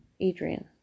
Adrian